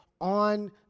on